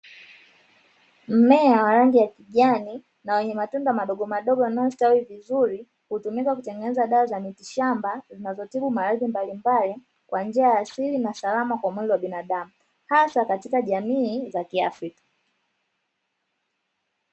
Mmea wa rangi ya kijani na wenye matunda madogomadogo yanayostawi vizuri, hutumika kutengeneza dawa za mitishamba zinazotibu maradhi mbalimbali kwa njia ya asili na salama kwa mwili wa binadamu hasa katika jamii za kiafrika.